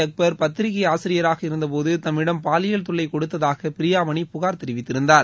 அக்பர் பத்திரிகை ஆசிரியராக இருந்தபோது தம்மிடம் பாலியல் தொல்லை கொடுத்ததாக பிரியாமணி புகார் தெரிவித்திருந்தார்